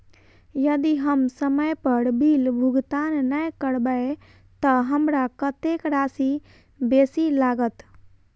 यदि हम समय पर बिल भुगतान नै करबै तऽ हमरा कत्तेक राशि बेसी लागत?